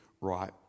right